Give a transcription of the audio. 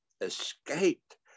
escaped